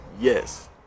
yes